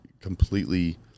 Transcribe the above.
completely